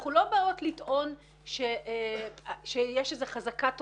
אנחנו לא באות לטעון שיש איזו חזקה טוטאלית.